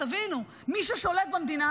תבינו: מי ששולט במדינה